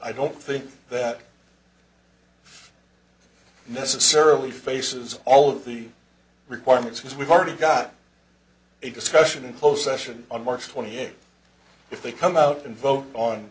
i don't think that necessarily faces all of the requirements because we've already got a discussion in full session on march twenty eighth if they come out and vote on